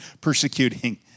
persecuting